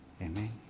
Amen